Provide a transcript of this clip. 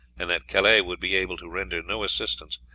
and that calais would be able to render no assistance,